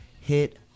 hit